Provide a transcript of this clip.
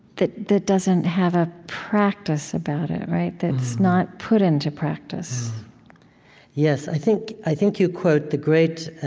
that that doesn't have a practice about it, right? that's not put into practice yes. i think i think you quote the great,